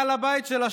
מעל הבית שלה,